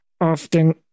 often